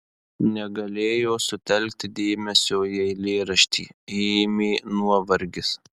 negalėjo sutelkti dėmesio į eilėraštį ėmė nuovargis